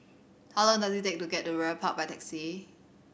how long does it take to get to Ridley Park by taxi